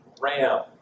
ram